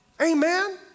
Amen